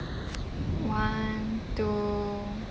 one two